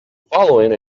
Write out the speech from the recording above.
following